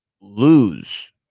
lose